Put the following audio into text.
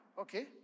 Okay